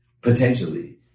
potentially